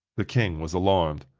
the king was alarmed.